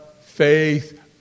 faith